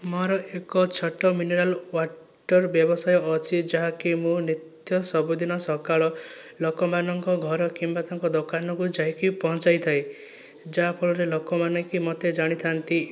ମୋର ଏକ ଛୋଟ ମିନେରାଲ ୱାଟର ବ୍ୟବସାୟ ଅଛି ଯାହାକି ମୁଁ ନିତ୍ୟ ସବୁଦିନ ସକାଳ ଲୋକମାନଙ୍କ ଘର କିମ୍ବା ତାଙ୍କ ଦୋକାନକୁ ଯାଇକି ପହଞ୍ଚାଇଥାଏ ଯାହାଫଳରେ ଲୋକମାନେ କି ମୋତେ ଜାଣିଥାନ୍ତି